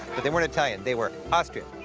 they weren't italian. they were austrian.